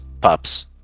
pups